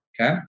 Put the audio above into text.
okay